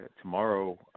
Tomorrow